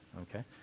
Okay